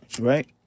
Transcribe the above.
Right